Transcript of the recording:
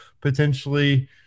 potentially